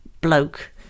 bloke